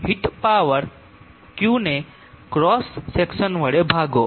heat power Q ને cross section વડે ભાગો